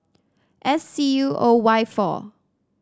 S C U O Y four